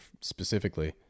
specifically